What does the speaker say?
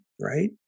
right